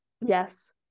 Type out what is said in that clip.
Yes